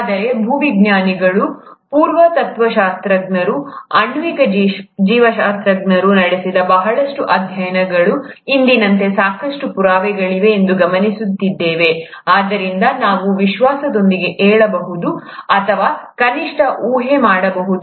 ಆದರೆ ಭೂವಿಜ್ಞಾನಿಗಳು ಪುರಾತತ್ವಶಾಸ್ತ್ರಜ್ಞರು ಆಣ್ವಿಕ ಜೀವಶಾಸ್ತ್ರಜ್ಞರು ನಡೆಸಿದ ಬಹಳಷ್ಟು ಅಧ್ಯಯನಗಳು ಇಂದಿನಂತೆ ಸಾಕಷ್ಟು ಪುರಾವೆಗಳಿವೆ ಎಂದು ಗಮನಿಸಿದ್ದೇವೆ ಅದರೊಂದಿಗೆ ನಾವು ವಿಶ್ವಾಸದಿಂದ ಹೇಳಬಹುದು ಅಥವಾ ಕನಿಷ್ಠ ಊಹೆ ಮಾಡಬಹುದು